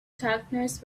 darkness